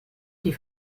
die